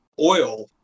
oil